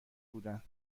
بودند